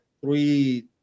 three